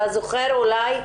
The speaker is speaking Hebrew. אתה זוכר אולי,